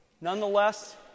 Nonetheless